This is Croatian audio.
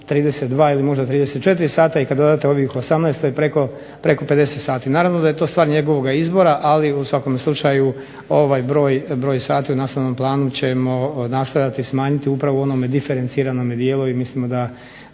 32 ili možda 34 sata i kad dodate ovih 18 to je preko 50 sati. Naravno da je to stvar njegovoga izbora, ali u svakom slučaju, ovaj broj sati u nastavnome planu ćemo nastojati smanjiti upravo u onome diferenciranome dijelu i mislimo da